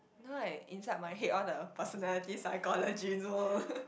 know like inside my head all the personalities psychology